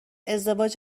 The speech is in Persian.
ازدواج